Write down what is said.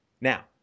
Now